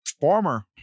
former